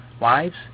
Wives